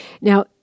Now